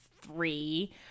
three